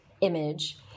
image